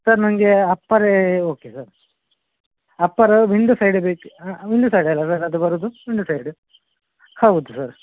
sir ನನಗೆ ಅಪ್ಪರೇ okay sir upper window ಸೈಡೆ ಬೇಕು ವಿಂಡೊ ಸೈಡಲ ಸರ್ ಅದು ಬರುದು ವಿಂಡೊ ಸೈಡ್ ಹೌದು ಸರ್